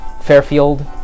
Fairfield